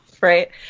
right